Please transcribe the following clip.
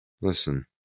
listen